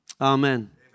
Amen